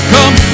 Come